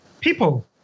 people